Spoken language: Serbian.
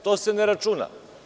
To se ne računa?